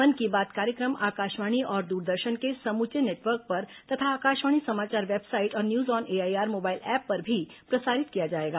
मन की बात कार्यक्रम आकाशवाणी और द्रदर्शन के समूचे नेटवर्क पर तथा अकाशवाणी समाचार वेबसाइट और news on AIR mobile app पर भी प्रसारित किया जाएगा